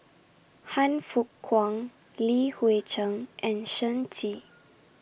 Han Fook Kwang Li Hui Cheng and Shen Xi